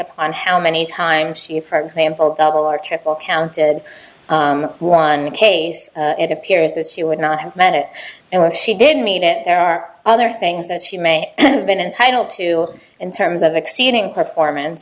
upon how many times she for example double or triple counted one case it appears that she would not have made it and what she did mean it there are other things that she may have been entitled to in terms of exceeding performance